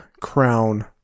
crown